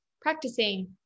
practicing